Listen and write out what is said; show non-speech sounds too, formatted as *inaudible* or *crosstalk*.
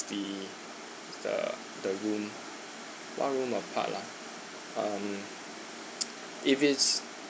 the the the room one room apart lah um *noise* if it's